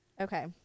Okay